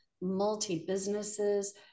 multi-businesses